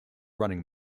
running